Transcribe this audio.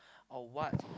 or what